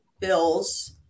Bills